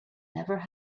never